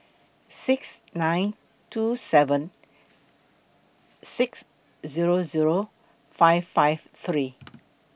six nine two seven six Zero Zero five five three